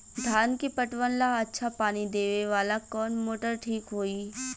धान के पटवन ला अच्छा पानी देवे वाला कवन मोटर ठीक होई?